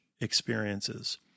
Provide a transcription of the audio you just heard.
experiences